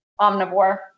omnivore